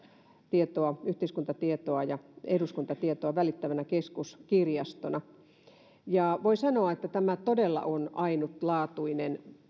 tietoa yhteiskuntatietoa ja eduskuntatietoa välittävänä keskuskirjastona voi sanoa että tämä meidän kirjastomme todella on ainutlaatuinen